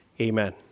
Amen